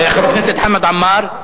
של חבר הכנסת חמד עמאר.